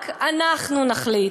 רק אנחנו נחליט,